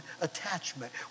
attachment